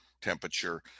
temperature